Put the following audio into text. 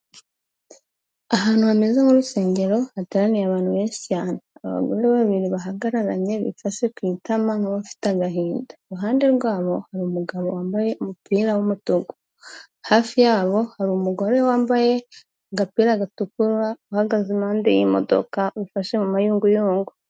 Ahantu hameze nk'urusengero hateraniye abantu benshi cyane, abagore babiri bahagararanye bifashe ku itama nk'abafite agahinda. Iruhande rwabo hari umugabo wambaye umupira w'umutuku, hafi yabo hari umugore wambaye agapira gatukura uhagaze impande y'imodoka wifashe mu mayunguyungu.